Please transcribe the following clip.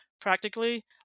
practically